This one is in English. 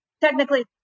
technically